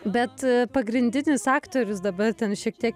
bet pagrindinis aktorius dabar ten šiek tiek